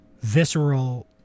visceral